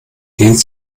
dehnt